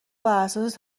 براساس